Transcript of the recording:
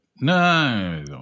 No